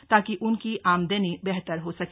ताकि उनकी आमदनी बेहतर हो सके